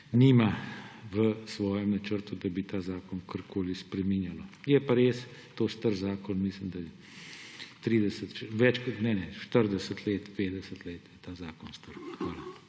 nima v svojem načrtu, da bi ta zakon karkoli spreminjalo. Je pa res to star zakon, mislim da 30, 40 let, 50 let je ta zakon star.